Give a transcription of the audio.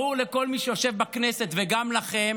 ברור לכל מי שיושב בכנסת וגם לכם,